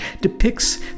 depicts